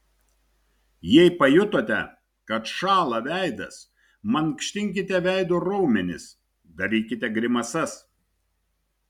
jei pajutote kad šąla veidas mankštinkite veido raumenis darykite grimasas